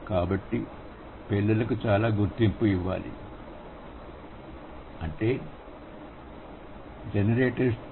కాబట్టి పిల్లలకు చాలా గుర్తింపు ఇవ్వాలి అంటే జనరేట్విస్టు